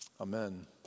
Amen